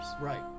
right